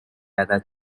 other